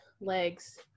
legs